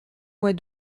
mois